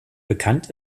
bekannt